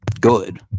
good